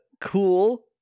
cool